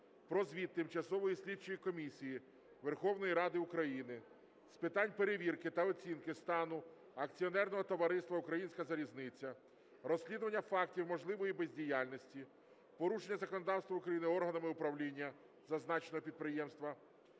про звіт Тимчасової слідчої комісії Верховної Ради України з питань перевірки та оцінки стану акціонерного товариства "Українська залізниця", розслідування фактів можливої бездіяльності, порушення законодавства України органами управління зазначеного підприємства,